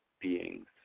beings